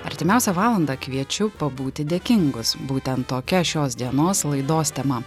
artimiausią valandą kviečiu pabūti dėkingus būtent tokia šios dienos laidos tema